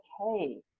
okay